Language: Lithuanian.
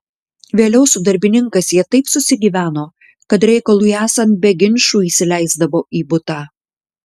vėliau su darbininkais jie taip susigyveno kad reikalui esant be ginčų įsileisdavo į butą